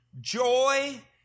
joy